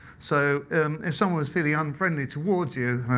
so if someone was feeling unfriendly towards you,